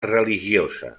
religiosa